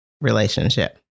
relationship